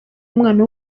umwana